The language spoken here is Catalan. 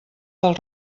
del